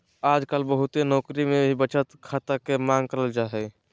आजकल बहुते नौकरी मे भी बचत खाता के मांग करल जा हय